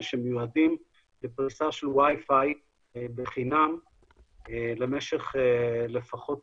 שמיועדים לפריסה של wi-fi בחינם למשך לפחות